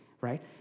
right